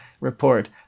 report